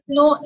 no